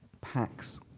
packs